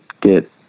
get